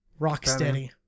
Rocksteady